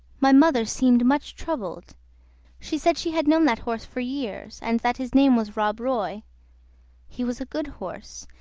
my mother seemed much troubled she said she had known that horse for years, and that his name was rob roy he was a good horse,